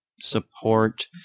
support